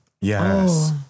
Yes